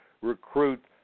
recruit